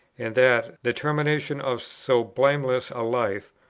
and that, the termination of so blameless a life,